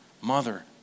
mother